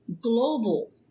global